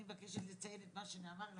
אני מבקשת לציין את מה שנאמר,